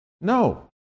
No